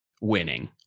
winning